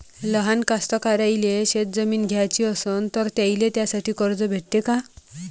लहान कास्तकाराइले शेतजमीन घ्याची असन तर त्याईले त्यासाठी कर्ज भेटते का?